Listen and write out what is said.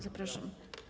Zapraszam.